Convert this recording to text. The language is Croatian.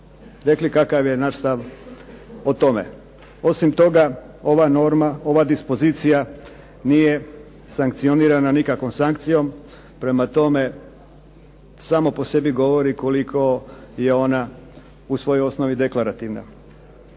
rekli kakav je naš stav o tome? Osim toga, ova norma, ova dispozicija nije sankcionirana nikakvom sankcijom. Prema tome samo po sebi govori koliko je ona u svojoj osnovi deklarativna.-